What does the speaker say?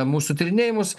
mūsų tyrinėjimus